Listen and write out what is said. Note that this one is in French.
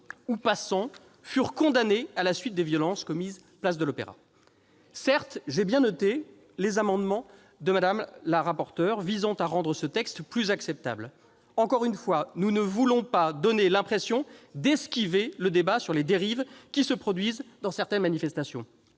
ou passants furent condamnés à la suite des violences commises place de l'Opéra. » C'est quoi, ça ? Wikipédia ? Certes, j'ai bien noté les amendements de Mme la rapporteur visant à rendre ce texte plus acceptable. Encore une fois, nous ne voulons pas donner l'impression d'esquiver le débat sur les dérives qui se produisent dans certaines manifestations.